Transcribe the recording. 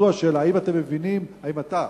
האם אתה,